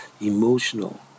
emotional